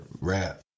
rap